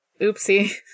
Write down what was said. Oopsie